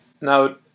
Now